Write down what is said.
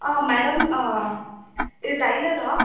ஆ madam இது டைலரா